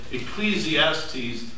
Ecclesiastes